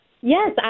Yes